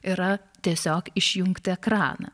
yra tiesiog išjungti ekraną